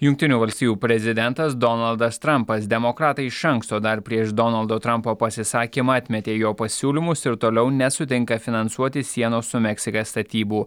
jungtinių valstijų prezidentas donaldas trampas demokratai iš anksto dar prieš donaldo trampo pasisakymą atmetė jo pasiūlymus ir toliau nesutinka finansuoti sienos su meksika statybų